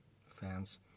fans